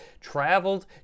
traveled